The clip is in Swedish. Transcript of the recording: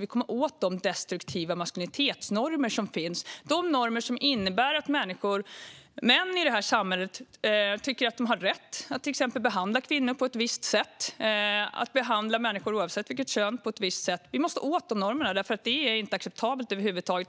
att komma åt de destruktiva maskulinitetsnormer som finns. Det är normer som innebär att män i detta samhälle tycker att de har rätt att till exempel behandla kvinnor på ett visst sätt och behandla människor, oavsett kön, på ett visst sätt. Vi måste komma åt dessa normer, för det här är inte acceptabelt över huvud taget.